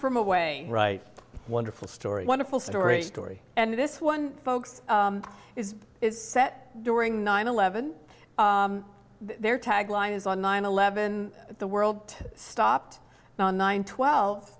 from away right wonderful story wonderful story story and this one folks is it's set during nine eleven there tagline is on nine eleven the world stopped on nine twel